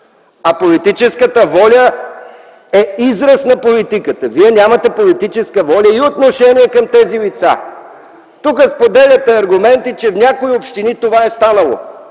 а политическата воля е израз на политиката. Вие нямате политическа воля и отношение към тези лица. Тук споделяте аргументи, че в някои общини това е станало.